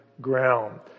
ground